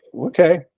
okay